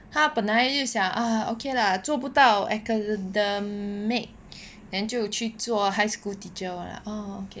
他本来就想啊 okay lah 做不到 academic then 就去做 high school teacher [one] lah oh okay